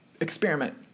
experiment